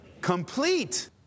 Complete